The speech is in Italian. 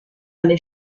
alle